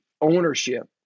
ownership